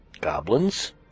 goblins